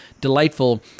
delightful